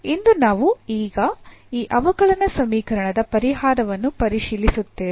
ಇಂದು ನಾವು ಈಗ ಈ ಅವಕಲನ ಸಮೀಕರಣದ ಪರಿಹಾರವನ್ನು ಪರಿಶೀಲಿಸುತ್ತೇವೆ